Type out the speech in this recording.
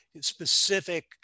specific